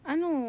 Ano